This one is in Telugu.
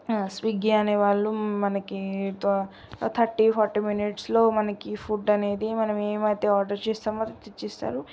స్విగ్గీ అనే వాళ్ళు మనకి థ థర్టీ ఫార్టీ మినిట్స్లో మనకి ఫుడ్ అనేది మనం ఏమైతే ఆర్డర్ చేసామో అది తెచ్చిస్తారు